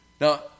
Now